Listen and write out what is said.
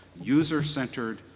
user-centered